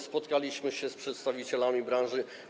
Spotkaliśmy się z przedstawicielami branży.